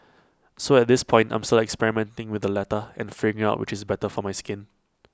so at this point I'm still experimenting with the latter and figuring out which is better for my skin